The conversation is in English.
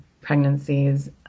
pregnancies